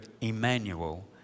Emmanuel